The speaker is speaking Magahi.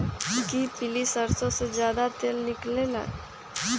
कि पीली सरसों से ज्यादा तेल निकले ला?